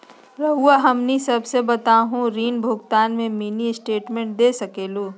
रहुआ हमनी सबके बताइं ऋण भुगतान में मिनी स्टेटमेंट दे सकेलू?